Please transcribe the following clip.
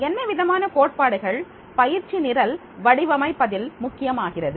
என்னவிதமான கோட்பாடுகள் பயிற்சி நிரல் வடிவமைப்பதில் முக்கியமாகிறது